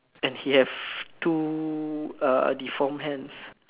and he have two uh deformed hands